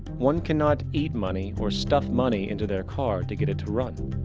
one cannot eat money or stuff money into their car to get it to run.